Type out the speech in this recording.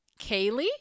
Kaylee